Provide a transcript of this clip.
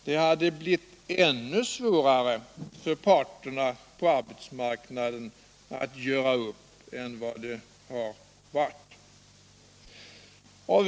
Det hade blivit ännu svårare för parterna på arbetsmarknaden att göra upp än vad det har varit.